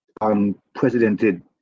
unprecedented